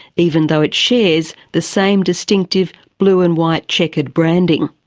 even though it shares the same distinctive blue and white chequered branding.